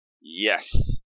Yes